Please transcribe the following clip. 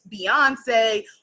Beyonce